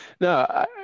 no